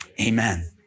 Amen